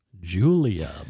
Julia